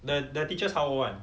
the the teachers how old [one]